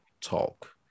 talk